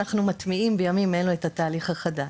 אנחנו מטמיעים בימים אלה את התהליך החדש.